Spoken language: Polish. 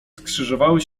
skrzyżowały